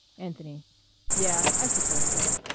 anthony yeah, i suppose so.